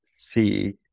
see